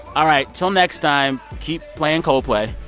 all right. until next time, keep playing coldplay.